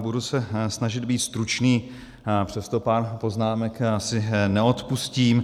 Budu se snažit být stručný, přesto pár poznámek si neodpustím.